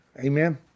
Amen